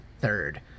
third